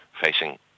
facing